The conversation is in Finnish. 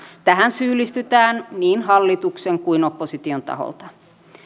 tähän syyllistytään niin hallituksen kuin opposition taholta